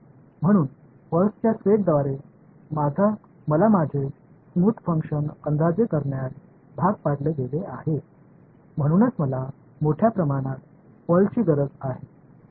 म्हणून पल्सच्या सेटद्वारे मला माझे स्मूथ फंक्शन अंदाजे करण्यास भाग पाडले गेले आहे म्हणूनच मला मोठ्या प्रमाणात पल्सची गरज आहे बरोबर